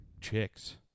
chicks